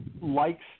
likes